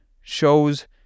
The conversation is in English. shows